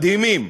מדהימים.